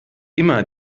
immer